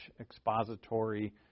expository